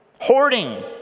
hoarding